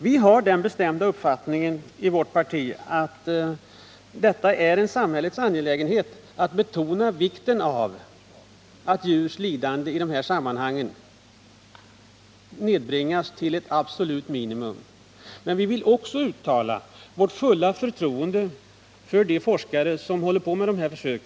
Vi har den bestämda uppfattningen i vårt parti att det är en samhällets angelägenhet att betona vikten av att djurs lidanden i de här sammanhangen nedbringas till ett absolut minimum, men vi vill också uttala vårt fulla förtroende för de forskare som håller på med sådana försök.